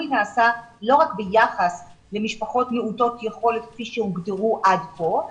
נעשה לא רק ביחס למשפחות מעוטות יכולת כפי שהוגדרו עד כה,